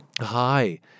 Hi